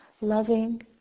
loving